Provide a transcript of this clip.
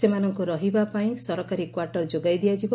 ସେମାନଙ୍କୁ ରହିବା ପାଇଁ ସରକାରୀ କ୍ୱାର୍ଟର ଯୋଗାଇ ଦିଆଯିବ